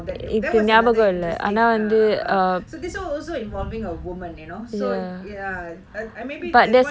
that was a another interesting uh so this [one] also involving a woman you know so it's ya I I maybe